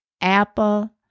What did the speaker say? Apple